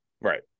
Right